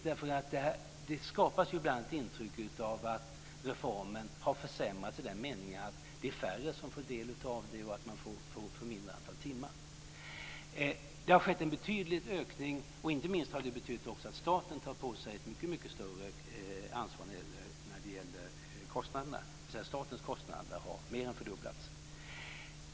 Det skapas ibland ett intryck av att reformen har försämrats i den meningen att det är färre som får del av det här och att man får ett mindre antal timmar. Det har skett en betydlig ökning. Det har inte minst betytt att staten tar på sig ett mycket större ansvar när det gäller kostnaderna. Dvs. att statens kostnader har mer än fördubblats.